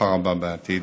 הצלחה רבה בעתיד.